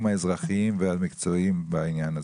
האזרחיים והמקצועיים בעניין הזה.